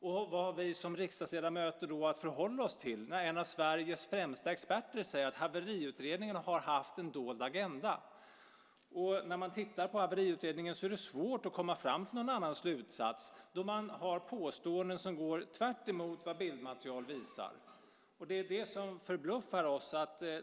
Vad har vi som riksdagsledamöter att förhålla oss till när en av Sveriges främsta experter säger att haveriutredningen har haft en dold agenda? När man tittar på haveriutredningen är det svårt att komma fram till någon annan slutsats. Man har påståenden som går tvärtemot vad bildmaterial visar. Det är det som förbluffar oss.